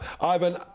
Ivan